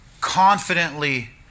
confidently